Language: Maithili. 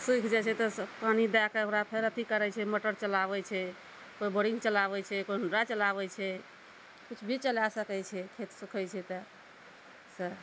सूखि जाइ छै तऽ पानि दए कऽ ओकरा फेर अथी करै छै मोटर चलाबै छै कोइ बोरिंग चलाबै छै कोइ होंडा चलाबै छै किछु भी चला सकै छै खेत सूखै छै तऽ से